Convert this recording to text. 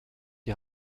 die